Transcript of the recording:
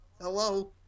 hello